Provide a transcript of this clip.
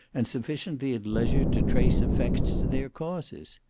and sufficiently at leisure to trace effects to their causes.